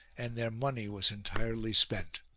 and their money was entirely spent.